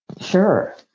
Sure